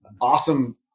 awesome